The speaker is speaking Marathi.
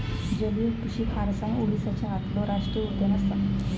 जलीय कृषि खारसाण ओडीसाच्या आतलो राष्टीय उद्यान असा